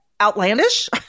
outlandish